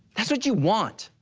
that's what you want.